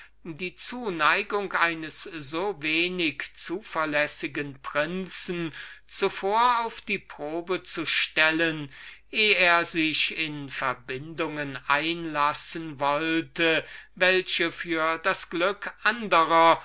die zuneigung eines so wenig zuverlässigen prinzen zuvor auf die probe zu stellen eh er sich in verbindungen einlassen wollte welche für das glück anderer